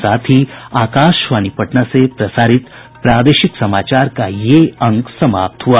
इसके साथ ही आकाशवाणी पटना से प्रसारित प्रादेशिक समाचार का ये अंक समाप्त हुआ